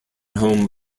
home